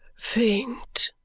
faint,